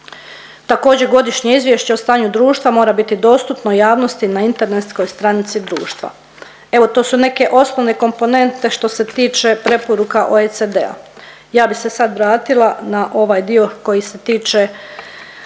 Također Godišnje izvješće o stanju društva mora biti dostupno javnosti na internetskoj stranici društva. Evo to su neke osnovne komponente što se tiče preporuka OECD-a. Ja bi se sad vratila na ovaj dio koji se tiče